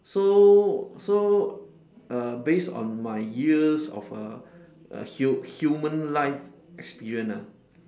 so so uh based on my years of uh hu~ human life experience ah